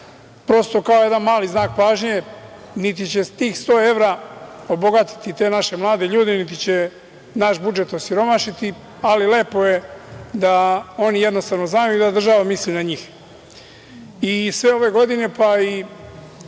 prosto kao jedan mali znak pažnje. Niti će tih 100 evra obogatiti te naše mlade ljude, niti će naš budžet osiromašiti, ali lepo je da oni jednostavno znaju da država misli na njih. Sve ove godine, pa